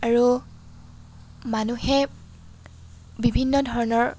আৰু মানুহে বিভিন্ন ধৰণৰ